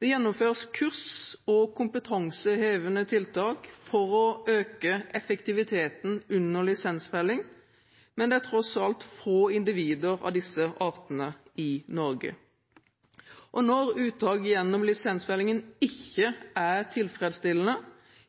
Det gjennomføres kurs og kompetansehevende tiltak for å øke effektiviteten under lisensfelling, men det er tross alt få individer av disse artene i Norge. Når uttak gjennom lisensfellingen ikke er tilfredsstillende,